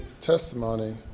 testimony